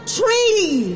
treaty